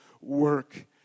work